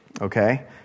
okay